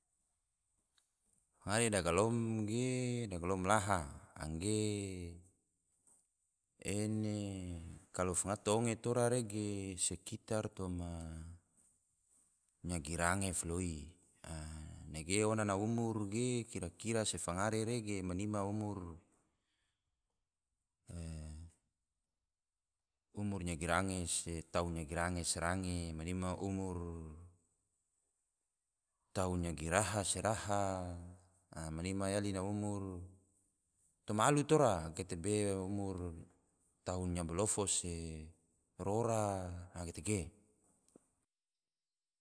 Fangare dagilom ge, dagilom laha angge ene kalo fangato onge tora ge sekitar nyagi range foloi, nege ona umur ge kira-kira se fangare ne ge, kira-kira umur nyagi range se se range, manima umur tahun nyagi raha se raha, manima yali umur toma alu tora gatebe umur tahun nyabalofo se rora. a tege